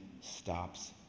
stops